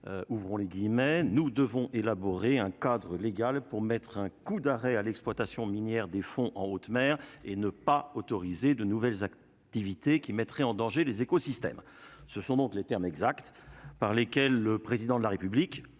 ouvrons les guillemets, nous devons élaborer un cadre légal pour mettre un coup d'arrêt à l'exploitation minière des fonds en haute mer et ne pas autoriser de nouvelles afin d'éviter qu'mettrait en danger les écosystèmes, ce sont donc les termes exacts par lesquels le président de la République,